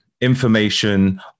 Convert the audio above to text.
information